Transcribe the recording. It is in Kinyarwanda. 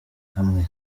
hamwe